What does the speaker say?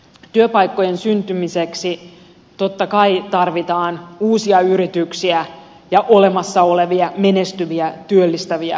työpaikkojen syntymiseksi totta kai tarvitaan uusia yrityksiä ja olemassa olevia menestyviä työllistäviä yrityksiä